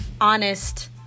honest